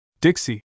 Dixie